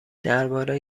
درباره